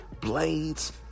Blades